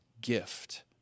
gift